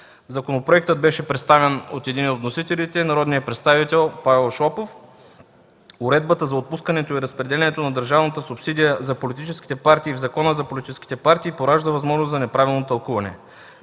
Законопроектът беше представен от единия от вносителите – народният представител Павел Шопов. Уредбата за отпускането и разпределянето на държавната субсидия за политическите партии в Закона за политическите партии поражда възможност за неправилно тълкуване.